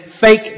fake